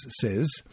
says